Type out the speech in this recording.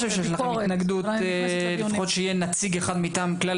לכם התנגדות לפחות שיהיה נציג אחד מטעם כלל